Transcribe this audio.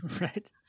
Right